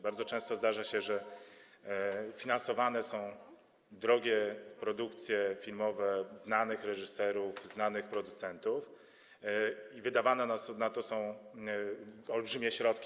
Bardzo często zdarza się, że finansowane są drogie produkcje filmowe znanych reżyserów, znanych producentów, że wydawane na to są olbrzymie środki.